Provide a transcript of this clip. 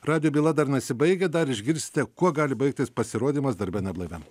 radijo byla dar nesibaigia dar išgirsite kuo gali baigtis pasirodymas darbe neblaiviam